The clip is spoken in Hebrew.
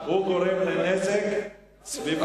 הוא גורם לנזק סביבתי.